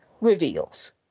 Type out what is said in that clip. reveals